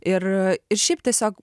ir ir šiaip tiesiog